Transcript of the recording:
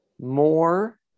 more